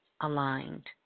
aligned